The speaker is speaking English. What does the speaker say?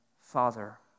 father